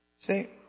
See